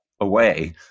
away